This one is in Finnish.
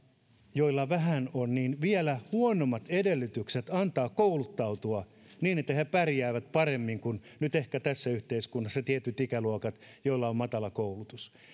joilla vähän on vielä huonommat edellytykset antaa kouluttautua eikä niin että he he pärjäävät paremmin kuin nyt ehkä tässä yhteiskunnassa tietyt ikäluokat joilla on matala koulutus